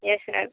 yes sir